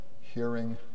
Hearing